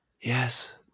Yes